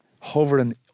hovering